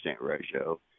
ratio